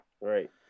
Right